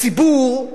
הציבור,